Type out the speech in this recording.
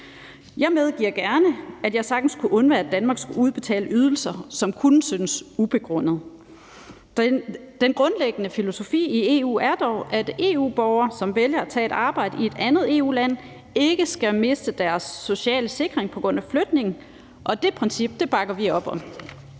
Jeg medgiver gerne, at jeg sagtens kunne undvære, at Danmark skulle udbetale ydelser, som kunne synes ubegrundede. Den grundlæggende filosofi i EU er dog, at EU-borgere, som vælger at tage et arbejde i et andet EU-land, ikke skal miste deres sociale sikring på grund af flytning, og det princip bakker vi op om.